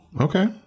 Okay